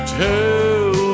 tell